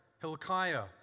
Hilkiah